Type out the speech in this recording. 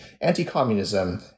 anti-communism